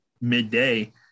midday